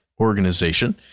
Organization